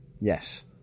yes